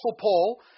Paul